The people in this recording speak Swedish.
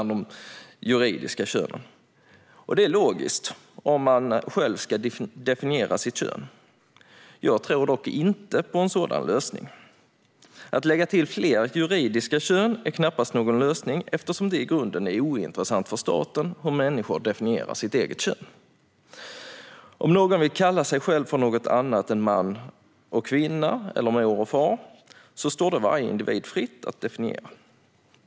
Det är logiskt om man själv ska definiera sitt kön. Jag tror dock inte på en sådan lösning. Att lägga till fler juridiska kön är knappast någon lösning, eftersom det i grunden är ointressant för staten hur människor definierar sitt eget kön. Om någon vill kalla sig själv för något annat än man och kvinna eller mor och far står det varje individ fritt att definiera det.